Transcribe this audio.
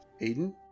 Aiden